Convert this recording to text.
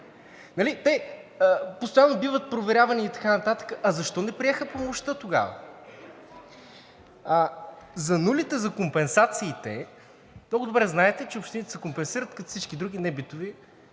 Те постоянно биват проверявани и така нататък, а защо не приеха помощта тогава? А за нулите за компенсациите много добре знаете, че общините се компенсират като всички други небитови